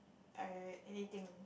I anything